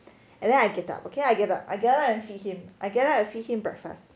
and then I get up okay I get I get lah for him I get up and feed him breakfast